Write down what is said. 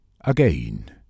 Again